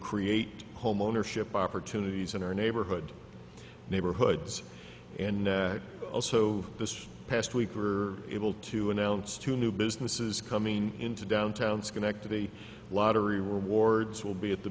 create homeownership opportunities in our neighborhood neighborhoods and also this past week are able to announce to new businesses coming into downtown schenectady lottery where wards will be at the